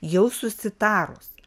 jau susitarus